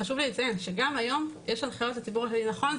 חשוב לי לציין שגם היום יש הנחיות לציבור הכללי נכון,